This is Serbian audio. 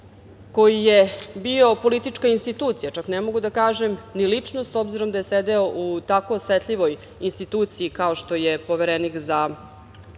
koji je bio politička institucija, čak ne mogu da kažem ni lično, s obzirom da je sedeo u tako osetljivoj instituciji kao što je Poverenik za